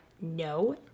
no